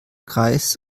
kreis